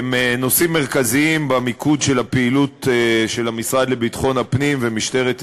נושא מרכזי במיקוד של פעילות המשרד לביטחון הפנים ומשטרת ישראל.